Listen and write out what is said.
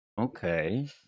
Okay